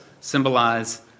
symbolize